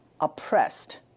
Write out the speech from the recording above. oppressed